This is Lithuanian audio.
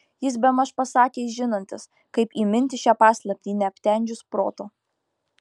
jis bemaž pasakė žinantis kaip įminti šią paslaptį neaptemdžius proto